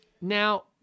Now